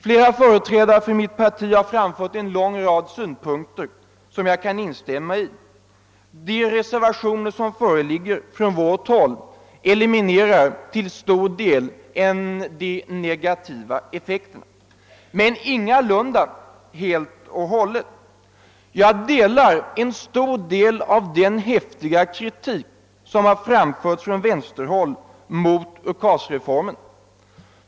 Flera företrädare för mitt parti har anfört en lång rad synpunkter, som jag kan instämma i. De reservationer som föreligger från vårt håll eliminerar till en del de negativa effekterna men ingalunda helt och hållet. Jag instämmer i en stor del av den häftiga kritik som har framförts från vänsterhåll mot UKAS-reformen.